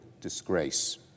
disgrace